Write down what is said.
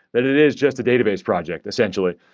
that it is just a database project essentially.